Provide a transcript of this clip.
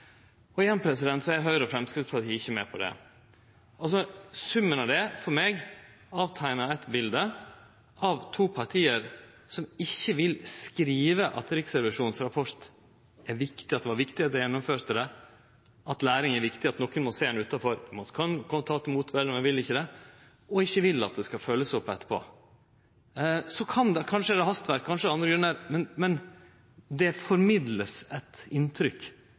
årene Igjen er Høgre og Framstegspartiet ikkje med på det. Summen av det teiknar for meg eit bilde av to parti som ikkje vil skrive at Riksrevisjonens rapport er viktig, at det var viktig at det vart gjennomført, at læring er viktig, og at nokon må sjå på ein utanfrå. Ein kan ta til motmæle, men vil ikkje det, og ein vil ikkje at det skal følgjast opp etterpå. Kanskje er det hastverk, kanskje er det andre grunnar, men det vert formidla eit inntrykk